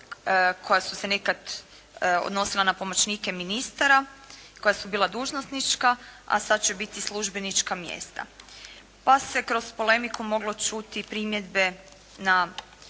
koja su se nekad odnosila na pomoćnike ministara koja su bila dužnosnička, a sad će biti službenička mjesta, pa se kroz polemiku moglo čuti primjedbe na